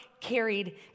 carried